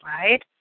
right